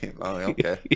okay